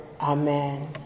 Amen